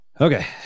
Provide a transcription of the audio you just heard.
Okay